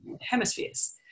hemispheres